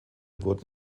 wurden